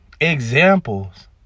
examples